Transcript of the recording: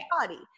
body